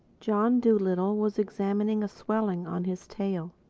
john dolittle was examining a swelling on his tail.